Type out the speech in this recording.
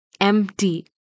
empty